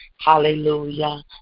Hallelujah